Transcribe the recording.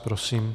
Prosím.